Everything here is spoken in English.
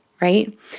right